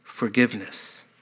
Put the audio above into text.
Forgiveness